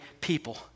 people